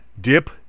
dip